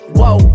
whoa